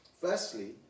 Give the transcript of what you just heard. Firstly